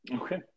Okay